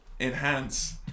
enhance